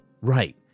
Right